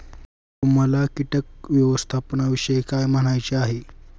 तुम्हाला किटक व्यवस्थापनाविषयी काय म्हणायचे आहे?